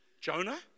Jonah